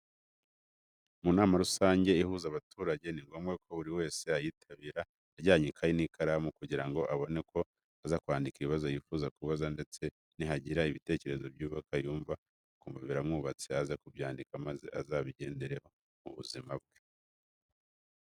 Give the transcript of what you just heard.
Mu nama rusange ihuza abaturage, ni ngombwa ko buri wese ayitabira ajyanye ikayi n'ikaramu kugira ngo abone uko aza kwandika ibibazo yifuza kubaza ndetse nihagira n'ibitekerezo byubaka yumva akumva biramwubatse aze kubyandika maze azabigendereho mu buzima bwe.